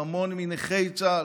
עם המון מנכי צה"ל,